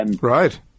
Right